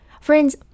Friends